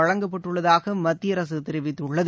வழங்கப்பட்டுள்ளதாக மத்திய அரசு தெரிவித்துள்ளது